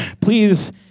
please